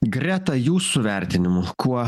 greta jūsų vertinimu kuo